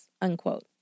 unquote